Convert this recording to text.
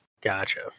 Gotcha